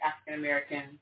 African-American